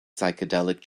psychedelic